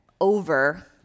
over